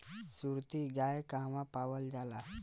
सुरती गाय कहवा पावल जाला?